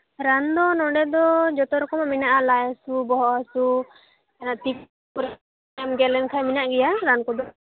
ᱨᱟᱱ ᱫᱚ ᱱᱚᱸᱰᱮ ᱫᱚ ᱡᱚᱛᱚ ᱨᱚᱠᱚᱢᱟᱜ ᱢᱮᱱᱟᱜᱼᱟ ᱞᱟᱡ ᱦᱟᱥᱩ ᱵᱚᱦᱚᱜ ᱦᱟᱥᱩ ᱦᱮᱸ ᱛᱤ ᱠᱚᱨᱮᱢ ᱜᱮᱫ ᱞᱮᱱᱠᱷᱟᱱ ᱢᱮᱱᱟᱜ ᱜᱮᱭᱟ ᱨᱟᱱ ᱠᱚᱫᱚ